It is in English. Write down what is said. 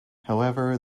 however